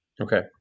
Okay